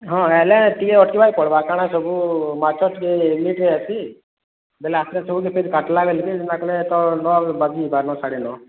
ହଁ ଆଇଲେ ଟିକେ ଅଟକିବାକେ ପଡ଼ବା କା'ଣା ସବୁ ମାଛ ଟିକେ ଲେଟ୍ରେ ଆସି ବେଲେ ଆସଲେ ସବୁକେ ଫେର୍ କାଟଲା ବେଲକେ ଯେନ୍ତା କଲେ ତ ନଅ ବାଜିଯିବା ନଅ ସାଢ଼େ ନଅ